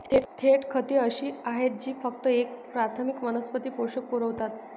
थेट खते अशी आहेत जी फक्त एक प्राथमिक वनस्पती पोषक पुरवतात